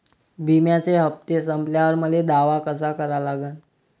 बिम्याचे हप्ते संपल्यावर मले दावा कसा करा लागन?